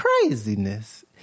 craziness